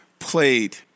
played